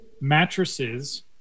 Mattresses